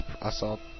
assault